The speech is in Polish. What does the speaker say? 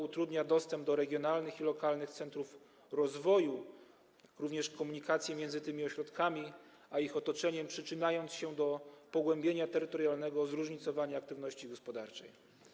Utrudnia to dostęp do regionalnych i lokalnych centrów rozwoju, jak również komunikację między tymi ośrodkami a ich otoczeniem i przyczynia się do pogłębienia terytorialnego zróżnicowania aktywności gospodarczej.